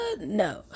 No